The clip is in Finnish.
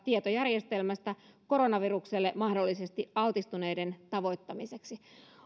tietojärjestelmästä koronavirukselle mahdollisesti altistuneiden tavoittamiseksi